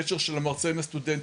קשר של המרצה עם הסטודנטים,